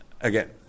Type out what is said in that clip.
again